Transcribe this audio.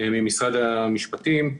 ממשרד המשפטים.